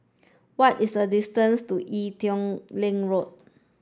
what is the distance to Ee Teow Leng Road